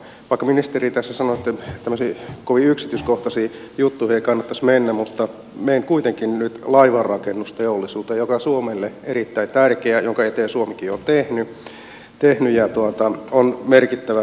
vaikka ministeri tässä sanoitte että tämmöisiin kovin yksityiskohtaisiin juttuihin ei kannattaisi mennä menen kuitenkin nyt laivanrakennusteollisuuteen joka on suomelle erittäin tärkeä ja jonka eteen suomikin on tehnyt ja joka on merkittävä teollisuudenala meillä suomessa